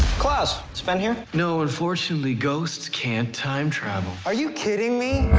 klaus, is ben here? no, unfortunately, ghosts can't time-travel. are you kidding me?